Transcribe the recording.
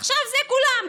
עכשיו זה כולם.